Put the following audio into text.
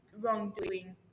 wrongdoing